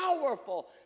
powerful